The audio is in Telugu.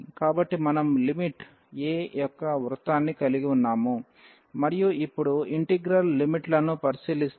కాబట్టి మనం లిమిట్ a యొక్క వృత్తాన్ని కలిగి ఉన్నాము మరియు ఇప్పుడు ఇంటిగ్రల్ లిమిట్లను పరిశీలిస్తే